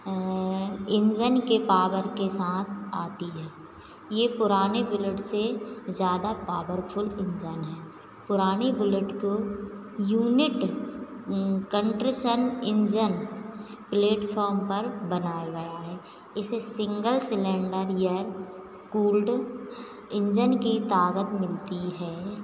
engine की power के साथ आती है यह पुरानी बुलेट से ज़्यादा पॉवरफ़ुल इन्जन है पुरानी बुलेट को यूनिट इन्जन प्लेटफाॅर्म पर बनाया गया है इसे सिन्गल सिलेण्डर या कूल्ड इन्जन की ताक़त मिलती है